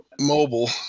mobile